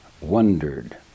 wondered